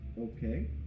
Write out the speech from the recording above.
Okay